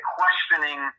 questioning